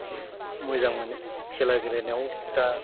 मोजां मोनो खेला गेलेनायाव दा